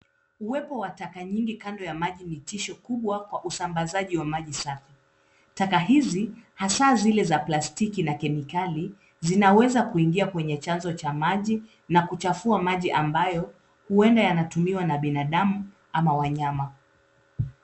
Uwepo wa taka nyingi kando ya maji ni tisho kubwa kwa usambazaji wa maji safi. Taka hizi, hasa zile za plastiki na kemikali, zinaweza kuingia kwenye chanzo cha maji na kuchafua maji ,ambayo huenda yanatumiwa na binadamu ama wanyama.